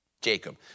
Jacob